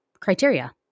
criteria